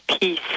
peace